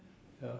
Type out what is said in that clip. ya